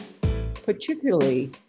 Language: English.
particularly